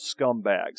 scumbags